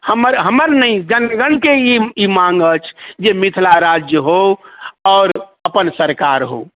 हमर हमर नहि जनगणके ई माँग अछि जे मिथिला राज्य हो आओर अपन सरकार हो